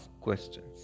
questions